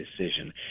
decision